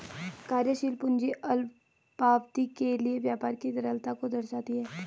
कार्यशील पूंजी अल्पावधि के लिए व्यापार की तरलता को दर्शाती है